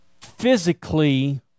physically